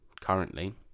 currently